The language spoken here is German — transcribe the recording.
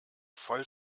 voll